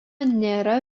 nėra